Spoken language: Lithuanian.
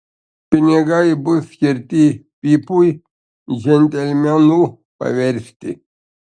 pinigai bus skirti pipui džentelmenu paversti